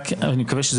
אני מקווה,